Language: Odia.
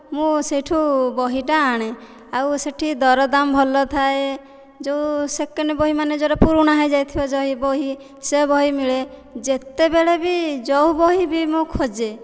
ମୁଁ ସେଇଠୁ ବହି ଟା ଆଣେ ଆଉ ସେଇଠି ଦରଦାମ ଭଲ ଥାଏ ଯେଉଁ ସେକେଣ୍ଡ ବହି ମାନେ ଯେଉଁ ପୁରୁଣା ହେଇଯାଇଥିବ ଯେଉଁ ବହି ସେ ବହି ମିଳେ ଯେତେବେଳେ ବି ଯେଉଁ ବହି ବି ମୁଁ ଖୋଜେ